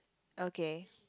okay